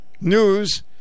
news